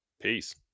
Peace